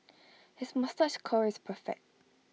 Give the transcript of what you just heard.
his moustache curl is perfect